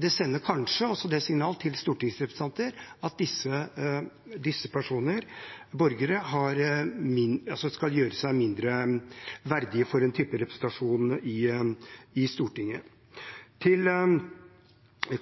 Det sender kanskje også det signal til stortingsrepresentanter at disse borgere skal gjøres mindre verdige for representasjon i Stortinget. Til